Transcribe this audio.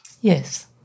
Yes